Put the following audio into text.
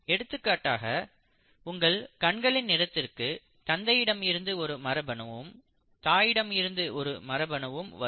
எடுத்துக்காட்டாக உங்கள் கண்களின் நிறத்திற்கு தந்தையிடம் இருந்து ஒரு மரபணுவும் தாயிடமிருந்து ஒரு மரபணுவும் வரும்